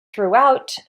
throughout